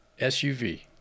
SUV